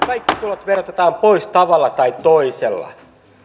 kaikki tulot verotetaan pois tavalla tai toisella